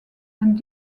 and